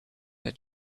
her